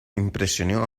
impresionó